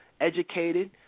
educated